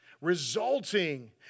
resulting